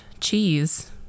cheese